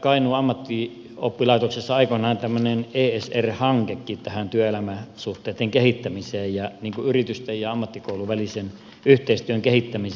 kainuun ammattioppilaitoksessa aikoinaan tämmöinen esr hankekin tähän työelämäsuhteitten kehittämiseen ja yritysten ja ammattikoulun välisen yhteistyön kehittämiseen